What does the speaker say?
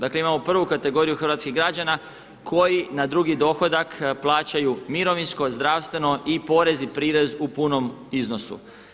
Dakle, imamo prvu kategoriju hrvatskih građana koji na drugi dohodak plaćaju mirovinsko, zdravstveno i porez i prirez u punom iznosu.